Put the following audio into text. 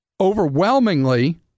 overwhelmingly